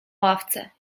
ławce